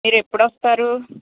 మీరు ఎప్పుడు వస్తారు